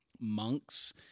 monks